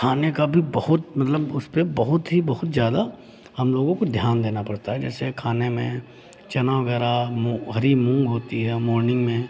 खाने का भी बहुत मतलब उस पे बहुत ही बहुत ज़्यादा हम लोगों को ध्यान देना पड़ता है जैसे खाने में चना वगैरह मू हरी मूंग होती है मोर्निंग में